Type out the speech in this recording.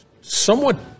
somewhat